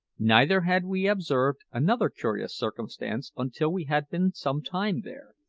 neither had we observed another curious circumstance until we had been some time there.